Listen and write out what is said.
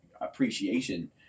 appreciation